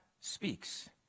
speaks